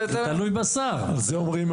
זה אומרים,